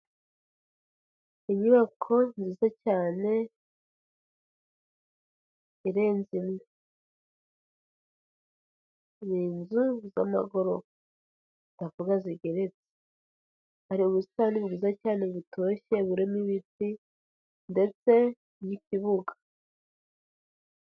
Inyubako nziza cyane irenze imwe. Ni inzu z'amagorofa zikaba zigeretse. Hari ubusitani bwiza cyane butoshye burimo ibiti ndetse n'ikibuga.